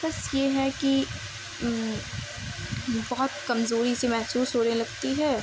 بس یہ ہے کہ بہت کمزوری سی محسوس ہونے لگتی ہے